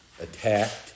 attacked